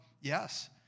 yes